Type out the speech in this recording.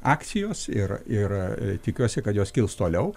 akcijos ir ir tikiuosi kad jos kils toliau